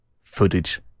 footage